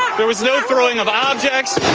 there was no throwing of objects.